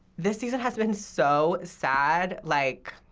this season has been so sad. like